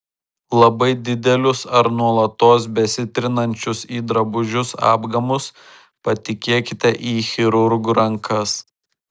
labai didelius ar nuolatos besitrinančius į drabužius apgamus patikėkite į chirurgų rankas